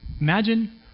Imagine